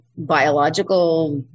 biological